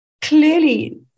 clearly